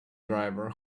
driver